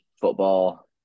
football